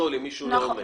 לפסול אם מישהו לא עומד.